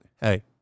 hey